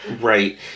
Right